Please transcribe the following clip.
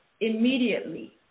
immediately